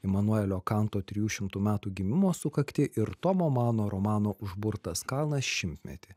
imanuelio kanto trijų šimtų metų gimimo sukaktį ir tomo mano romano užburtas kalnas šimtmetį